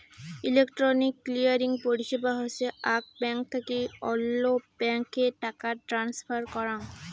electronic clearing পরিষেবা হসে আক ব্যাঙ্ক থাকি অল্য ব্যাঙ্ক এ টাকা ট্রান্সফার করাঙ